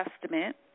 Testament